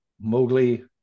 Mowgli